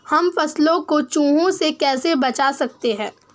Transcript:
हम फसलों को चूहों से कैसे बचा सकते हैं?